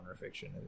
fiction